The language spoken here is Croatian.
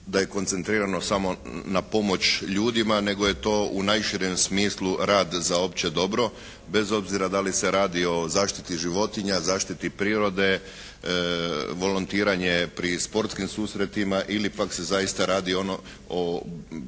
da je koncentrirano samo na pomoć ljudima nego je to u najširem smislu rad za opće dobro bez obzira da li se radi o zaštiti životinja, zaštiti prirode, volontiranje pri sportskim susretima ili pak se zaista radi o